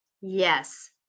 Yes